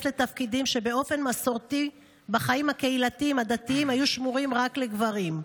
לתפקידים שבאופן מסורתי בחיים הקהילתיים הדתיים היו שמורים רק לגברים.